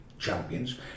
champions